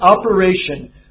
operation